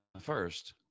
first